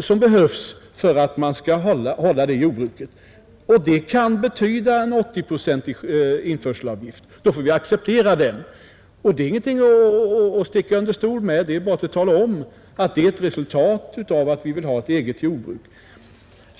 som behövs för att hålla den omfattningen av jordbruket. Det kan betyda en 80-procentig införselavgift. Då får vi acceptera den. Det är ingenting att sticka under stol med. Det är bara att tala om att det är ett resultat av att vi vill ha ett eget jordbruk.